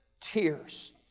tears